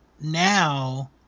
now